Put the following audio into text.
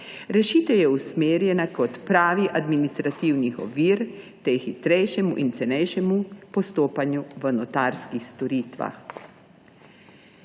Rešitev je usmerjena k odpravi administrativnih ovir ter hitrejšemu in cenejšemu postopanju v notarskih storitvah.